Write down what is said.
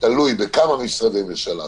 בכמה משרדי ממשלה,